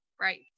right